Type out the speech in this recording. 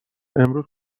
امروز